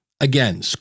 Again